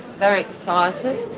very excited.